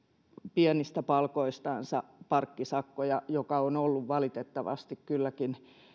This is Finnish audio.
pienistä palkoistansa parkkisakkoja mikä on ollut valitettavasti kylläkin